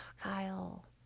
Kyle